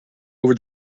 over